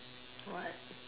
what